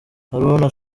haruna